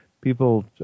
people